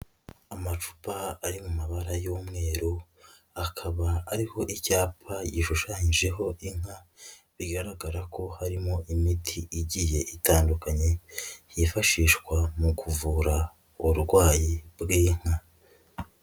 Amacupa ari mu mabara y'umweru akaba ariho icyapa gishushanyijeho inka, bigaragara ko harimo imiti igiye itandukanye yifashishwa mu kuvura uburwayi bw'inka.